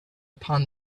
upon